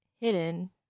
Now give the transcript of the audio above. hidden